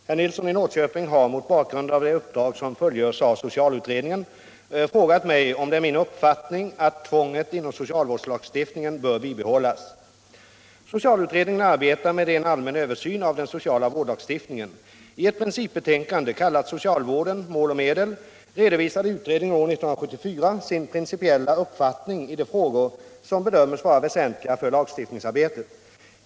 Herr talman! Herr Nilsson i Norrköping har - mot bakgrund av det uppdrag som fullgörs av socialutredningen — frågat mig om det är min uppfattning att tvånget inom socialvårdslagstiftningen bör bibehållas. Socialutredningen arbetar med en allmän översyn av den sociala vårdlagstiftningen. I ett principbetänkande, kallat Socialvården, Mål och medel, redovisade utredningen år 1974 sin principiella uppfattning i de frågor som bedömdes vara väsentliga för lagstiftningsarbetet.